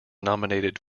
nominated